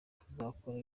tuzakora